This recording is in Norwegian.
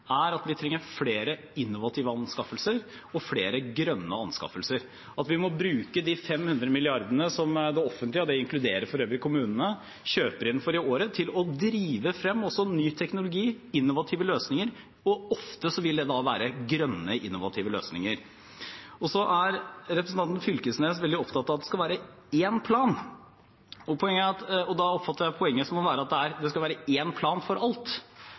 er at vi trenger flere innovative anskaffelser og flere grønne anskaffelser, at vi må bruke de 500 mrd. kr som det offentlige – det inkluderer for øvrig kommunene – kjøper inn for i året, til å drive frem også ny teknologi, innovative løsninger. Ofte vil det være grønne innovative løsninger. Representanten Fylkesnes er veldig opptatt av at det skal være én plan. Da oppfatter jeg poenget å være at det skal være én plan for alt.